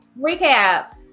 Recap